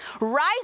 rise